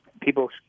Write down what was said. people